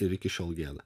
ir iki šiol viena